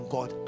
God